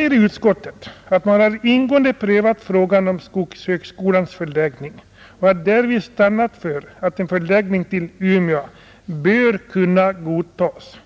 Utskottet säger att det ”har ingående prövat frågan om skogshögskolans förläggning och har därvid stannat för att en förläggning till Umeå bör kunna godtas”.